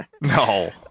No